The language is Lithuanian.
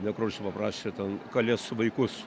nekrošius paprašė ten kalės vaikus